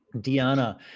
Diana